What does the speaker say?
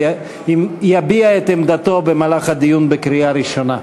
ויביע את עמדתו במהלך הדיון בקריאה ראשונה.